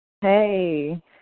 Hey